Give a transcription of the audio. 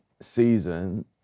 season